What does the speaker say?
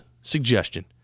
suggestion